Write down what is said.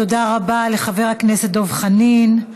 תודה רבה לחבר הכנסת דב חנין.